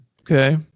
Okay